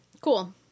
Cool